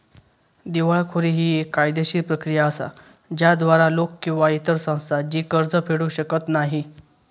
दिवाळखोरी ही येक कायदेशीर प्रक्रिया असा ज्याद्वारा लोक किंवा इतर संस्था जी कर्ज फेडू शकत नाही